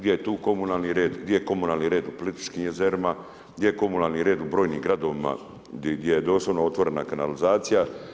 Di je tu komunalni red, di je komunalni red u Plitvičkim jezerima, gdje je komunalni red u brojnim gradovima, gdje je doslovno otvorena kanalizacija.